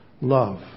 love